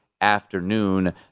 afternoon